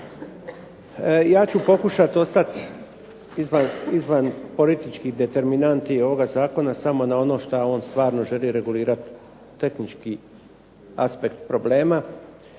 Ja ću pokušat ostati izvan političkih determinanti ovoga zakona samo na ono što on stvarno želi regulirati tehnički aspekt problema.